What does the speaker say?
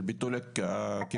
של ביטול הקיצוץ.